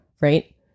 right